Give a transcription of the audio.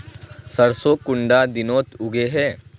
सरसों कुंडा दिनोत उगैहे?